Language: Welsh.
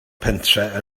pentref